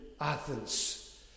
Athens